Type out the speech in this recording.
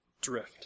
Drift